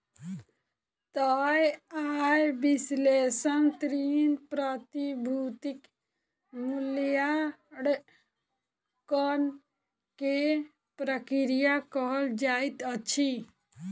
तय आय विश्लेषण ऋण, प्रतिभूतिक मूल्याङकन के प्रक्रिया कहल जाइत अछि